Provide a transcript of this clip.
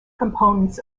components